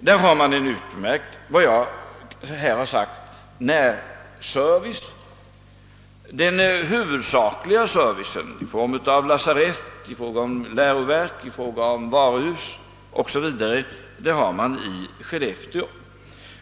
Där har man en utmärkt närservice. Den huvudsakliga servicen i form av lasarett, läroverk, varuhus osv. har man i Skellefteå.